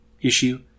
issue